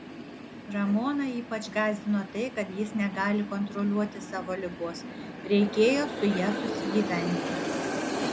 ramoną ypač gąsdino tai kad jis negali kontroliuoti savo ligos reikėjo su ja susigyventi